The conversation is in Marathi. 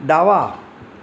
डावा